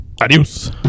Adios